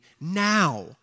now